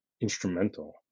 instrumental